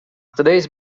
três